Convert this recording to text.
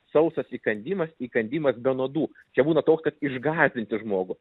sausas įkandimas įkandimas be nuodų čia būna toks kad išgąsdinti žmogų